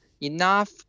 enough